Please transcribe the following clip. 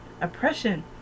oppression